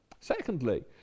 Secondly